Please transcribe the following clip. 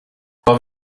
love